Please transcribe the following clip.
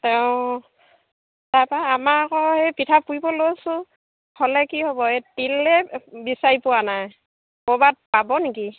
অ তাৰপৰা আমাৰ আকৌ হেৰি পিঠা পুৰিব লৈছোঁ হ'লে কি হ'ব এই তিলেই বিচাৰি পোৱা নাই ক'ৰবাত পাব নেকি